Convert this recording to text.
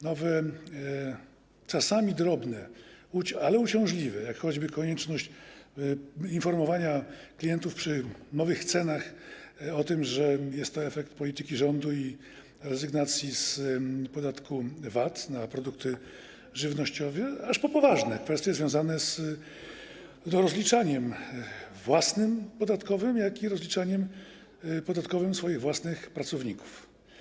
Nowe, czasami drobne, ale uciążliwe, jak choćby konieczność informowania klientów przy nowych cenach o tym, że jest to efekt polityki rządu i rezygnacji z podatku VAT na produkty żywnościowe, aż po poważne kwestie związane z rozliczaniem własnym dodatkowym, jak i rozliczaniem podatkowym swoich własnych pracowników.